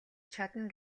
чадна